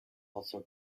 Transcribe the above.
also